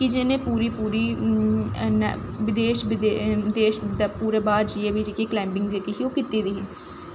कि जि'नें पूरी पूरी विदेश देश दा ओह्दे बाह्र जाइयै बी कलाईंबिंग जेह्की ही ओह् कीती दी ही